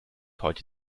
heute